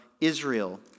Israel